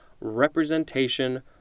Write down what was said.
representation